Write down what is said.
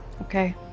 Okay